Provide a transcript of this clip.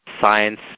science